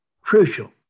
crucial